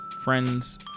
friends